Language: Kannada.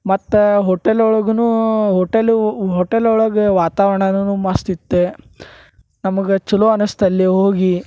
ಮತ್ತೆ ಹೋಟೆಲ್ ಒಳಗೂನೂ ಹೋಟೆಲು ಹೋಟೆಲ್ ಒಳಗೆ ವಾತಾವರಣಾನುನೂ ಮಸ್ತ್ ಇತ್ತು ನಮಗೆ ಛಲೋ ಅನಿಸ್ತ್ ಅಲ್ಲಿ ಹೋಗಿ